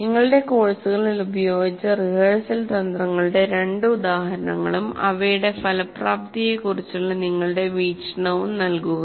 നിങ്ങളുടെ കോഴ്സുകളിൽ ഉപയോഗിച്ച റിഹേഴ്സൽ തന്ത്രങ്ങളുടെ രണ്ട് ഉദാഹരണങ്ങളും അവയുടെ ഫലപ്രാപ്തിയെക്കുറിച്ചുള്ള നിങ്ങളുടെ വീക്ഷണവും നൽകുക